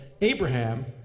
Abraham